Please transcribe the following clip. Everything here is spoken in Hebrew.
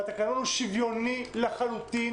התקנון שוויוני לחלוטין,